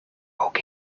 ook